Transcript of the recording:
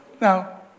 Now